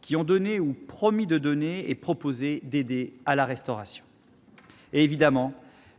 qui ont donné ou promis de donner et proposé d'aider à la restauration. J'y ajoute, évidemment,